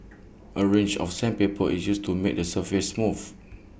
A range of sandpaper is used to make the surface smooth